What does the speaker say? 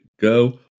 go